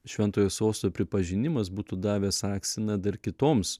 šventojo sosto pripažinimas būtų davęs akstiną dar kitoms